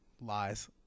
Lies